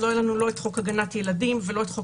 אז לא היה לנו לא את חוק הגנת ילדים ולא את חוק